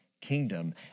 kingdom